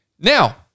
Now